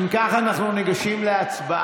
אם כך, אנחנו ניגשים להצבעה.